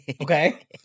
okay